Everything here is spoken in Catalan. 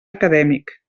acadèmic